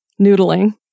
noodling